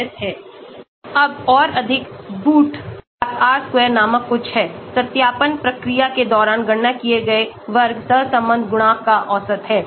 अब और अधिक बूट स्ट्रैप R square नामक कुछ है सत्यापन प्रक्रिया के दौरान गणना किए गए वर्ग सहसंबंध गुणांक का औसत है